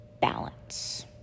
Balance